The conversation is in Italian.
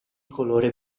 colore